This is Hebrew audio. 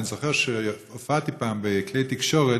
אני זוכר שהופעתי פעם בכלי תקשורת,